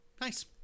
nice